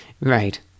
Right